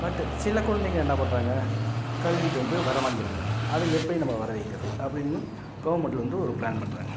பட்டு சில குழந்தைங்க என்ன பண்றாங்க கல்விக்கு வந்து வர மாட்டேக்கிறாங்க அதை எப்படி நம்ப வர வைக்கிறது அப்படின்னு கவுர்மெண்ட்டில் வந்து ஒரு ப்ளான் பண்றாங்க